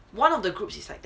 one of the group is like that